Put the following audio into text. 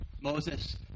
Moses